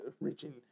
Reaching